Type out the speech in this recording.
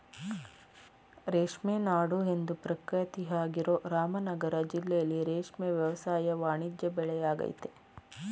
ರೇಷ್ಮೆ ನಾಡು ಎಂದು ಪ್ರಖ್ಯಾತಿಯಾಗಿರೋ ರಾಮನಗರ ಜಿಲ್ಲೆಲಿ ರೇಷ್ಮೆ ವ್ಯವಸಾಯ ವಾಣಿಜ್ಯ ಬೆಳೆಯಾಗಯ್ತೆ